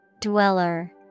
Dweller